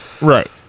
right